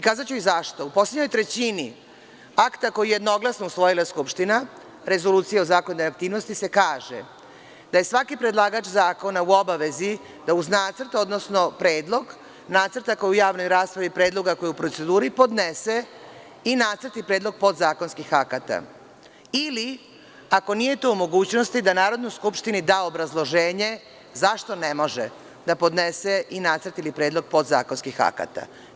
Kazaću i zašto, u poslednjoj trećini akta koji je jednoglasno usvojila Skupština, Rezolucija o zakonodavnoj aktivnosti, se kaže da: „Svaki predlagač zakona je u obavezi da uz nacrt, odnosno predlog nacrta koji je u javnoj raspravi predlog ako je u proceduri, podnese i nacrt i predlog podzakonskih akata“, ili ako nije to u mogućnosti, da Narodnoj skupštini da obrazloženje zašto ne može da podnese i nacrt ili predlog podzakonskih akata.